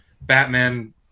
Batman